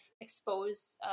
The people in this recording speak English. expose